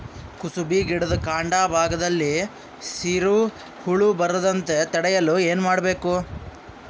ಕುಸುಬಿ ಗಿಡದ ಕಾಂಡ ಭಾಗದಲ್ಲಿ ಸೀರು ಹುಳು ಬರದಂತೆ ತಡೆಯಲು ಏನ್ ಮಾಡಬೇಕು?